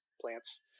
plants